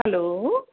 hello